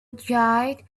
guide